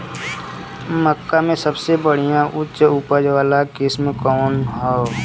मक्का में सबसे बढ़िया उच्च उपज वाला किस्म कौन ह?